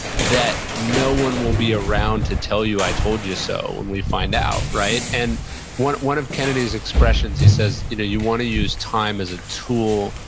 that no one will be around to tell you i told you so, when we find out. right? and one one of kennedy's expressions, he says, you want to use time as a tool,